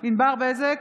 ענבר בזק,